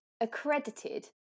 accredited